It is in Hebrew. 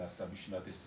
נעשה בשנת 2020,